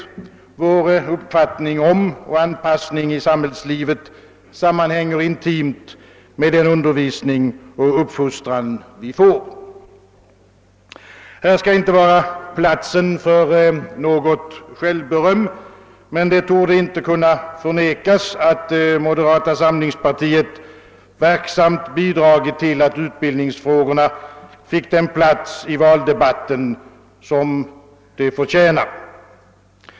Vår uppfattning om och anpassning i samhällslivet sammanhänger intimt med den undervisning och uppfostran vi får. Här skall inte vara platsen för något självberöm, men det torde inte kunna förnekas att moderata samlingspartiet verksamt bidragit till att utbildningsfrågorna fick den plats i valdebatten som de förtjänar.